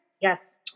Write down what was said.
yes